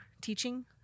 teaching